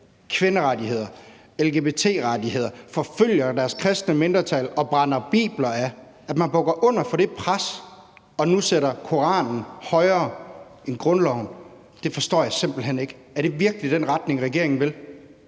kvinderettigheder og lgbt-rettigheder, og som forfølger deres kristne mindretal og brænder bibler af, og nu sætter Koranen højere end grundloven, forstår jeg simpelt hen ikke. Er det virkelig den retning, regeringen vil